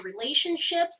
relationships